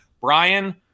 Brian